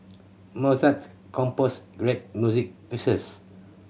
Mozart composed great music pieces